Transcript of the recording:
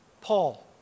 Paul